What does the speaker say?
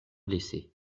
blessé